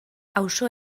auzo